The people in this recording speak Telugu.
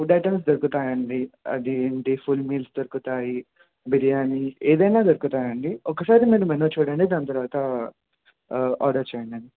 ఫుడ్ ఐటమ్స్ దొరుకుతాయండి అదే ఏమిటి ఫుల్ మీల్స్ దొరుకుతాయి బిర్యానీ ఏదైనా దొరుకుతాయండి ఒకసారి మీరు మెనూ చూడండి దాని తర్వాత ఆర్డర్ చేయండి